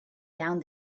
down